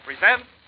present